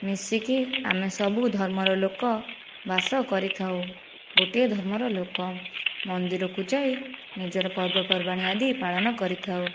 ମିଶିକି ଆମେ ସବୁ ଧର୍ମର ଲୋକ ବାସ କରିଥାଉ ଗୋଟିଏ ଧର୍ମର ଲୋକ ମନ୍ଦିରକୁ ଯାଇ ନିଜର ପର୍ବପର୍ବାଣି ଆଦି ପାଳନ କରିଥାଉ